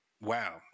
wow